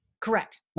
correct